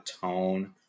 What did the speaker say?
tone